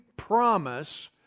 Promise